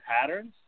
patterns